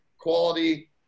quality